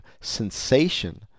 sensation